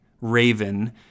raven